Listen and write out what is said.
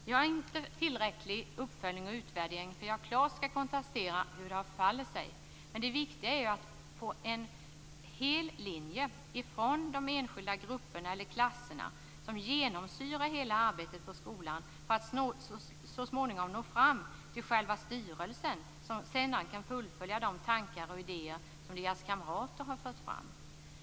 Jag har inte tillräckligt mycket uppföljning och utvärdering för att klart kunna konstatera hur det förhåller sig, men det viktiga är att få en hel linje som genomsyrar hela arbetet på skolan: från de enskilda grupperna eller klasserna och så småningom fram till själva styrelsen, som sedan kan fullfölja de tankar och idéer som kamraterna har fört fram.